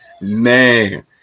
Man